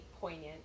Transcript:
poignant